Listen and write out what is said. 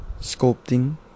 sculpting